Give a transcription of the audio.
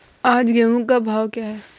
आज गेहूँ का भाव क्या है?